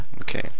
Okay